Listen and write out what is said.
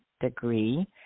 degree